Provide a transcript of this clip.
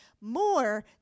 more